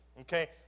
Okay